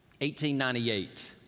1898